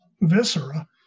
viscera